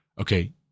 okay